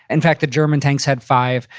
in fact, the german tanks had five.